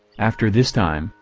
after this time,